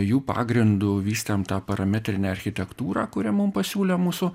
jų pagrindu vystėm tą parametrinę architektūrą kurią mum pasiūlė mūsų